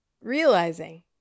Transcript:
realizing